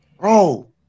bro